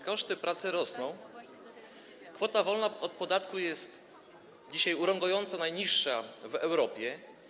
Koszty pracy rosną, kwota wolna od podatku jest dzisiaj urągająco niska, najniższa w Europie.